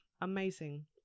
Amazing